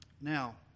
Now